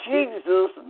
Jesus